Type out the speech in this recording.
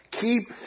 Keep